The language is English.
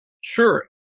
Sure